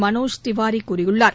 மனோஜ் திவாரி கூறியுள்ளார்